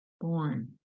born